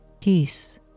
Peace